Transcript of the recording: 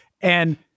And-